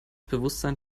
bewusstsein